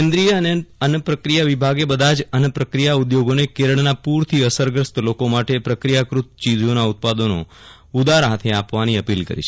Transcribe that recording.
કેન્દ્રીય અન્ને પ્રક્રિયા વિભાગે બધા જ અન્ન પ્રક્રિયા ઉદ્યોગોને કેરળના પુરથી અસરગ્રસ્ત લોકો માટે પ્રક્રિયાક્રત ચીજોના ઉત્પાદનો ઉદાર હાથે આપવાની અપીલ કરી છે